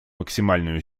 максимальную